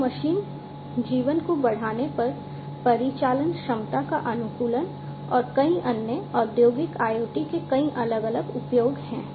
तो मशीन जीवन को बढ़ाने पर परिचालन क्षमता का अनुकूलन और कई अन्य औद्योगिक IoT के कई अलग अलग उपयोग हैं